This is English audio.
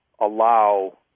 allow